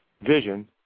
vision